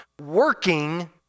working